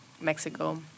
Mexico